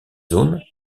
zones